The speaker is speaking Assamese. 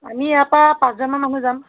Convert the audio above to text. আমি ইয়াৰ পৰা পাঁচজনমান মানুহ যাম